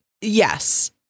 Yes